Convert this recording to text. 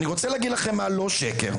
אני רוצה להגיד לכם מה לא שקר,